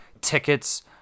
tickets